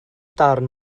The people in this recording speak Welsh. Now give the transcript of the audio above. darn